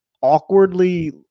awkwardly